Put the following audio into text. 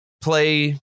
play